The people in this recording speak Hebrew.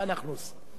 מה אנחנו עושים?